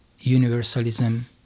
universalism